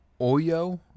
OYO